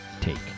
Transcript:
take